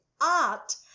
art